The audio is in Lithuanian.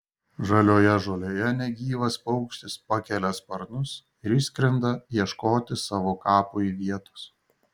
žalioje žolėje negyvas paukštis pakelia sparnus ir išskrenda ieškoti savo kapui vietos